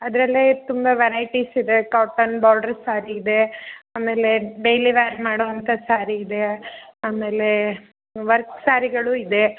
ಅದರಲ್ಲೇ ತುಂಬ ವೆರೈಟಿಸ್ ಇದೆ ಕಾಟನ್ ಬಾರ್ಡ್ರ್ ಸ್ಯಾರಿ ಇದೆ ಆಮೇಲೆ ಡೈಲಿ ವ್ಯಾರ್ ಮಾಡುವಂಥ ಸ್ಯಾರಿ ಇದೆ ಆಮೇಲೆ ವರ್ಕ್ ಸ್ಯಾರಿಗಳು ಇದೆ